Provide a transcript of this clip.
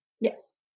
Yes